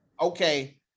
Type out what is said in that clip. okay